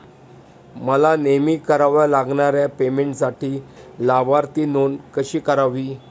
मला नेहमी कराव्या लागणाऱ्या पेमेंटसाठी लाभार्थी नोंद कशी करावी?